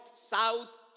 south